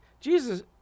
Jesus